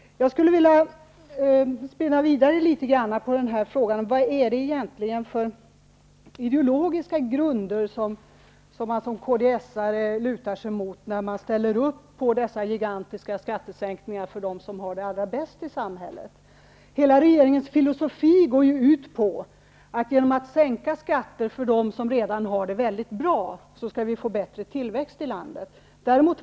Jag skulle vilja spinna vidare något på frågan vilka ideologiska grunder som man såsom kds:are stöder sig på, när man ställer upp på dessa gigantiska skattesänkningar för dem som har det allra bäst i samhället. Hela regeringens filosofi går ju ut på att vi genom sänkta skatter för dem som redan har det väldigt bra skall få bättre tillväxt i landet.